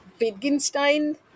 Wittgenstein